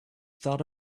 thought